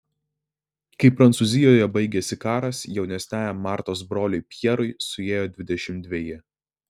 kai prancūzijoje baigėsi karas jaunesniajam martos broliui pjerui suėjo dvidešimt dveji